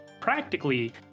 Practically